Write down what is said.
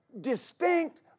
distinct